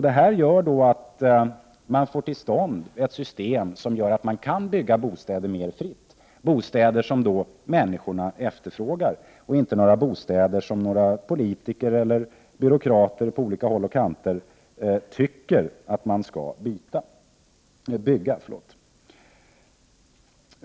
Detta innebär att man får till stånd ett system som gör det möjligt att bygga bostäder mer fritt, dvs. bostäder som människorna efterfrågar och inte bostäder som några politiker eller byråkrater på olika håll och kanter tycker att man skall bygga.